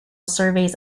surveys